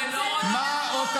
לא נכון.